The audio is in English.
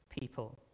people